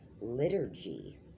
liturgy